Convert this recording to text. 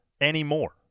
anymore